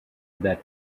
that